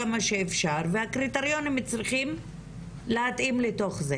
כמה שאפשר והקריטריונים מצריכים להתאים לתוך זה